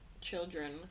children